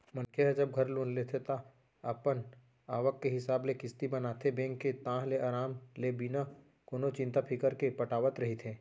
मनखे ह जब घर लोन लेथे ता अपन आवक के हिसाब ले किस्ती बनाथे बेंक के ताहले अराम ले बिना कोनो चिंता फिकर के पटावत रहिथे